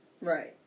Right